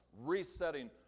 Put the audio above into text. resetting